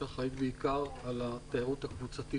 שחי בעיקר על התיירות הקבוצתית.